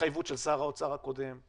בהתחייבות של שר האוצר הקודם.